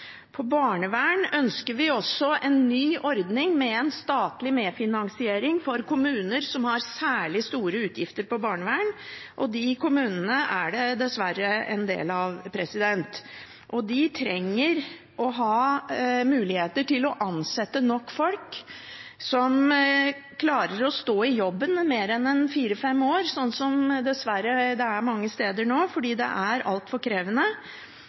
på disse områdene. I tillegg til det styrker vi viktige ordninger som brukerstyrt personlig assistanse, som vi vet det er problemer med i veldig mange kommuner, og også ordningen med særlig ressurskrevende tjenester. Innen barnevern ønsker vi en ny ordning med en statlig medfinansiering for kommuner som har særlig store utgifter til barnevern, og de kommunene er det dessverre en del av. De trenger å ha muligheten til å ansette nok folk som klarer å stå i